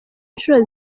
inshuro